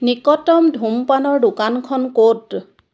নিকতম ধূম্ৰপানৰ দোকানখন ক'ত